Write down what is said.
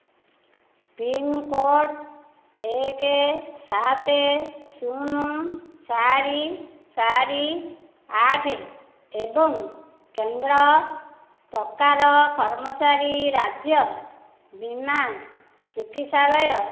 pincode ଏକ ସାତ ଶୂନ ଚାରି ଚାରି ଆଠ ଏବଂ କେନ୍ଦ୍ର ପ୍ରକାର କର୍ମଚାରୀ ରାଜ୍ୟ ବୀମା ଚିକିତ୍ସାଳୟ